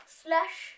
slash